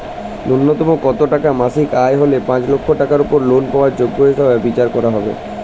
ন্যুনতম কত টাকা মাসিক আয় হলে পাঁচ লক্ষ টাকার উপর লোন পাওয়ার যোগ্য হিসেবে বিচার করা হবে?